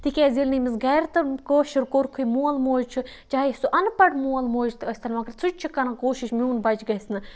تکیاز ییٚلہِ نہٕ امس گَرِ تہِ کٲشُر کوٚرکھٕے مول موج چھُ چاہے سُہ اَن پَڑھ مول موج تہٕ ٲستن مگر سُہ تہِ چھُ کَران کوٗشِش میون بَچہِ گَژھِ نہٕ